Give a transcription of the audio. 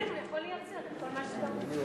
לכן הוא יכול לייצר את כל מה שאתה אומר.